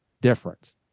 difference